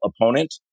opponent